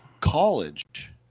college